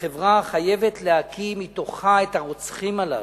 החברה חייבת להקיא מתוכה את הרוצחים הללו.